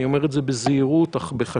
אני אומר את זה זהירות אך בחשש,